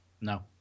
no